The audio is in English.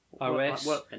OS